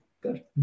good